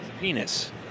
penis